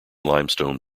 limestone